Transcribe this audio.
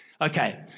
Okay